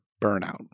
burnout